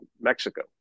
mexico